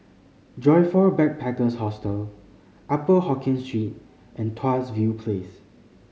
Joyfor Backpackers' Hostel Upper Hokkien Street and Tuas View Place